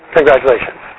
Congratulations